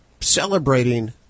celebrating